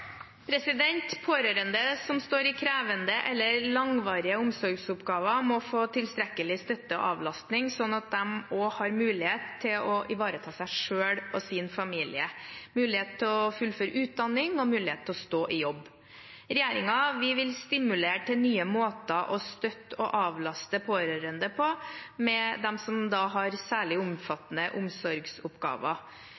Pårørende som står i krevende eller langvarige omsorgsoppgaver, må få tilstrekkelig støtte og avlastning slik at de også har mulighet til å ivareta seg selv og sin familie, mulighet til å fullføre utdanning og mulighet til å stå i jobb. Regjeringen vil stimulere til nye måter å støtte og avlaste pårørende